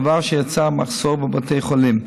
דבר שיצר מחסור בבתי החולים.